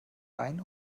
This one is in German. ein